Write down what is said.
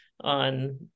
on